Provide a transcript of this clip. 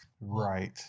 Right